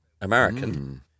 American